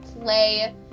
play